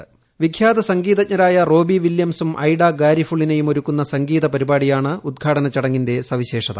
വ്യഖ്യാത സംഗീതജ്ഞരായ റോബി വില്യംസും ഐഡാ ഗാരിഫുള്ളിനയും ഒരുക്കുന്ന സംഗീതപരിപാടിയാണ് ഉദ്ഘാടന ചടങ്ങിന്റെ സവിശേഷത